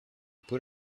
put